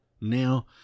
Now